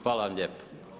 Hvala vam lijepo.